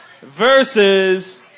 versus